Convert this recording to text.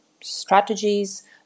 strategies